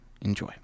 Enjoy